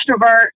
extrovert